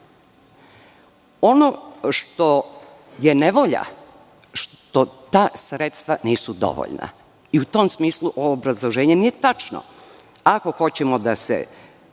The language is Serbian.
22.Ono što je nevolja, što ta sredstva nisu dovoljna i u tom smislu ovo obrazloženje nije tačno. Ako hoćemo da se